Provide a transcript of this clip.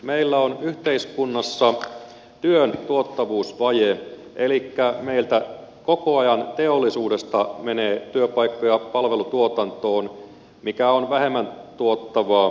meillä on yhteiskunnassa työn tuottavuusvaje elikkä meiltä koko ajan teollisuudesta menee työpaikkoja palvelutuotantoon mikä on vähemmän tuottavaa toimintaa